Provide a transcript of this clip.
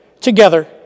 together